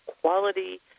quality